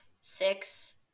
six